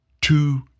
two